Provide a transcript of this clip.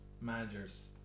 managers